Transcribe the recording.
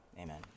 Amen